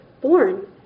born